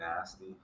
nasty